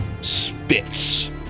spits